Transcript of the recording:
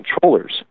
controllers